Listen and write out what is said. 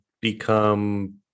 become